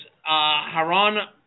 Haran